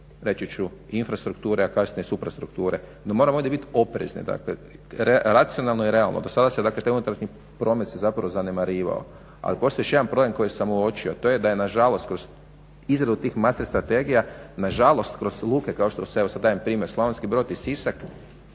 reći ću infrastrukture, a kasnije suprastrukture. No moramo ovdje biti oprezni, racionalno i realno. Dakle do sada se trenutačni promet se zanemarivao, ali postoji još jedan problem koji sam uočio, a to je da je nažalost kroz izradu tih master strategija nažalost kroz luke evo sada dajem primjer Slavonski Brod i Sisak